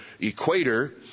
equator